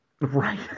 Right